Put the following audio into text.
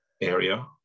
area